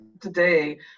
today